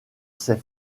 ces